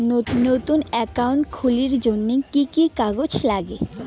নতুন একাউন্ট খুলির জন্যে কি কি কাগজ নাগে?